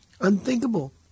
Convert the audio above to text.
Unthinkable